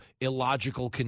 illogical